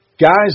guys